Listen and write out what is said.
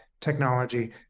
technology